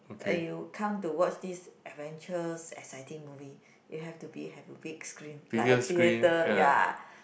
and you come to watch this adventure exciting movies you have to be have a big screen like a theatre ya